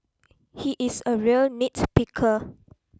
he is a real nit picker